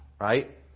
right